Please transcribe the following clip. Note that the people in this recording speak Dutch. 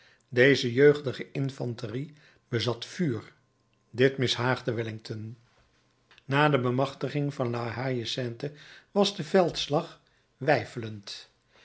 deze jeugdige infanterie bezat vuur dit mishaagde wellington na de bemachtiging van la haie sainte was de veldslag weifelend